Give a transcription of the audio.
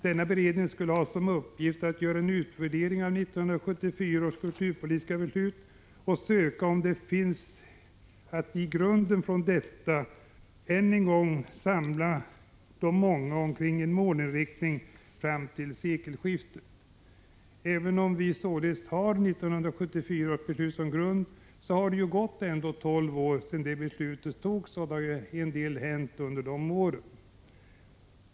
Denna beredning skulle ha till uppgift att göra en utvärdering av 1974 års kulturpolitiska beslut och undersöka om det häri finns en grund för att än en gång samla de många omkring en målinriktning fram till sekelskiftet. Även om vi således har 1974 års beslut som grund har det ju gått tolv år sedan det beslutet togs, och en del har hänt under de åren.